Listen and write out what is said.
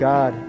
God